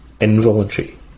involuntary